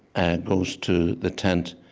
and goes to the tent,